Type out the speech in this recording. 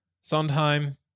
Sondheim